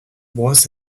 was